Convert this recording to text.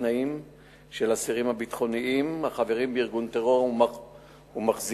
התנאים של האסירים הביטחוניים החברים בארגון טרור ומחזיקים